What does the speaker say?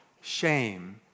shame